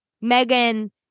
Megan